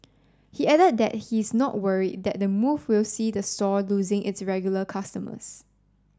he added that he's not worried that the move will see the store losing its regular customers